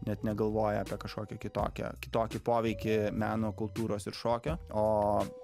net negalvoja apie kažkokią kitokią kitokį poveikį meno kultūros ir šokio o